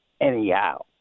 anyhow